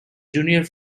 junior